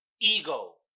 Ego